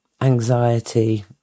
anxiety